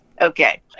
Okay